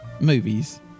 Movies